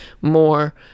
more